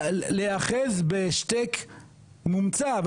להיאחז בהשתק מומצא,